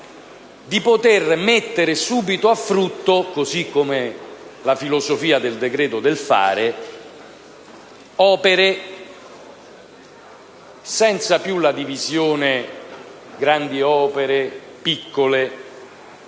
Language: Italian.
di poter mettere subito a frutto (secondo la filosofia del decreto del fare) opere senza più la divisione tra grandi e piccole